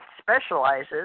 specializes